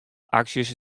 aksjes